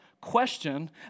question